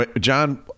John